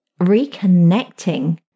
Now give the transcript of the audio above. reconnecting